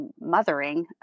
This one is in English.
mothering